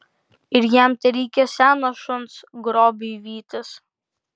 ir jam tereikia seno šuns grobiui vytis